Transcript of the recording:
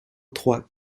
trois